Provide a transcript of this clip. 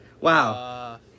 Wow